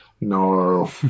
no